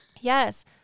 Yes